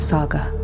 Saga